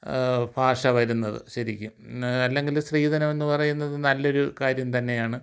ഭാഷ വരുന്നത് ശരിക്കും അല്ലെങ്കിൽ സ്ത്രീധനമെന്ന് പറയുന്നതും നല്ല ഒരു കാര്യം തന്നെയാണ്